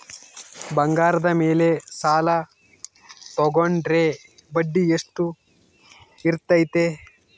ಬಂಗಾರದ ಮೇಲೆ ಸಾಲ ತೋಗೊಂಡ್ರೆ ಬಡ್ಡಿ ಎಷ್ಟು ಇರ್ತೈತೆ?